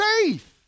faith